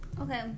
Okay